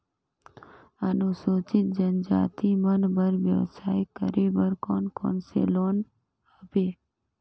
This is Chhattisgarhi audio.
अनुसूचित जनजाति मन बर व्यवसाय करे बर कौन कौन से लोन हवे?